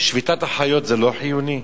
שביתת אחיות זה לא חיוני?